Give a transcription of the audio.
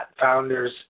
Founders